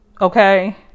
Okay